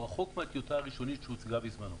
הוא רחוק מהטיוטה הראשונית שהוצגה בזמנו.